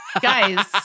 Guys